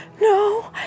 No